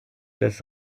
des